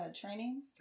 training